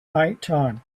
nighttime